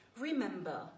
Remember